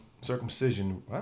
circumcision